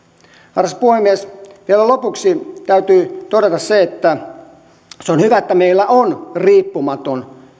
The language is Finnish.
arvoisa puhemies vielä lopuksi täytyy todeta se että on hyvä että meillä on riippumaton